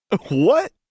What